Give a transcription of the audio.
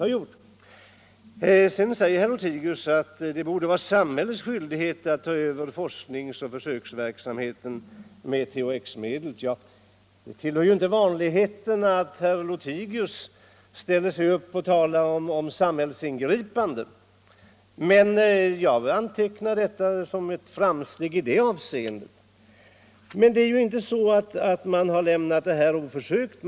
Herr Lothigius säger sedan att det borde vara samhällets skyldighet att ta över forskningen och försöksverksamheten med THX-medlet. Det tillhör inte vanligheten att herr Lothigius ställer sig upp och talar för samhällsingripanden. Jag antecknar emellertid detta som ett framsteg i det avseendet. Men det är ju inte så att man har lämnat det här oförsökt.